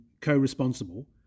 co-responsible